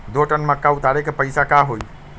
दो टन मक्का उतारे के पैसा का होई?